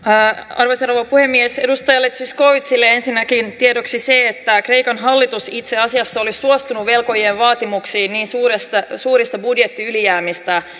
arvoisa rouva puhemies edustaja zyskowiczille ensinnäkin tiedoksi se että kreikan hallitus itse asiassa olisi suostunut velkojien vaatimuksiin niin suurista suurista budjettiylijäämistä